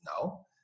No